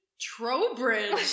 Trowbridge